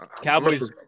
Cowboys